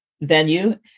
venue